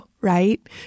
right